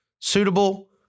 suitable